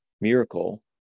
miracle